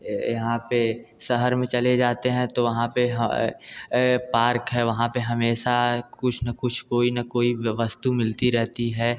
यहाँ पर शहर में चले जाते हैं तो वहाँ पर पार्क हैं वहाँ पर हमेसशा कुछ ना कुछ कोई ना कोई व्यवस्तु मिलती रहती है